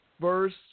first